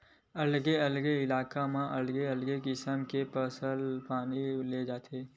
अलगे अलगे इलाका म अलगे अलगे किसम के फसल पानी ले जाथे